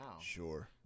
sure